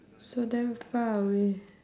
so damn far away